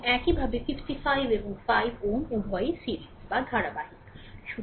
এবং একইভাবে 55 এবং 5 Ω উভয়ই সিরিজে